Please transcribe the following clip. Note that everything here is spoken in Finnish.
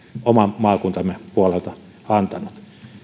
oman maakuntamme puolelta antanut